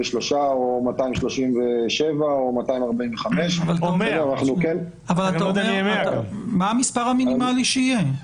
או 237 או 245. מה המספר המינימלי שיהיה?